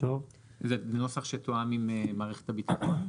זה נוסח שתואם עם מערכת הביטחון?